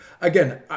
again